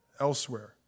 elsewhere